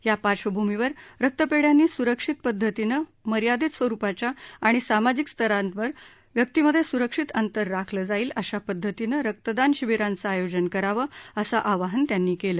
या पार्श्वभूमीवर रक्तपेढ्यांनी स्रक्षित पद्धतीनं मर्यादेत स्वरुपाच्या आणि सामाजिक स्तरावर व्यक्तींमध्ये स्रक्षित अंतर राखलं जाईल अशा पद्धतीनं रक्तदान शिबीरांचं आयोजन करावं असं आवाहन त्यांनी केलं